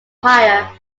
hire